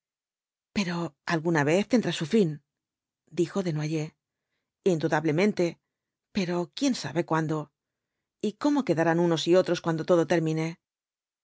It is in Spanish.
pero alguna vez tendrá fin dijo desnoyers indudablemente pero quién sabe cuándo t ómo quedarán unos y otros cuando todo termine